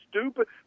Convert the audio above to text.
Stupid